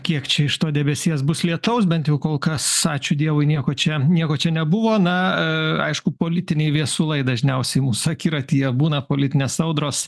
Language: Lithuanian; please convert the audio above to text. kiek čia iš to debesies bus lietaus bent jau kol kas ačiū dievui nieko čia nieko čia nebuvo na aišku politiniai viesulai dažniausiai mūsų akiratyje būna politinės audros